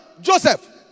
Joseph